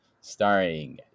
starring